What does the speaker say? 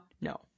no